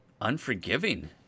unforgiving